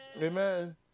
Amen